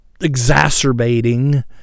exacerbating